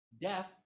Death